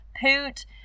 poot